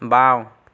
বাওঁ